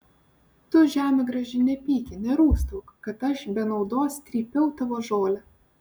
tu žeme graži nepyki nerūstauk kad aš be naudos trypiau tavo žolę